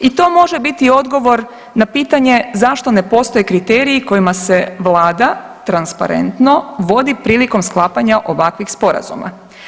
I to može biti odgovor na pitanje zašto ne postoje kriteriji kojima se Vlada, transparentno, vodi prilikom sklapanja ovakvih sporazuma.